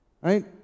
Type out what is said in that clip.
right